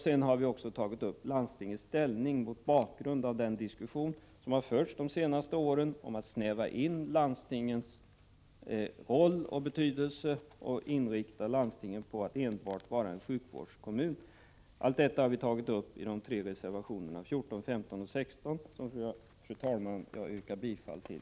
Vi har också tagit upp landstingens ställning mot bakgrund av den diskussion som har förts de senaste åren om att göra landstingens roll och betydelse snävare och inrikta landstingen på att enbart vara en sjukvårdskommun. Detta har vi tagit upp i de tre reservationerna 14, 15 och 16, som jag, fru talman, yrkar bifall till.